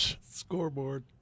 Scoreboard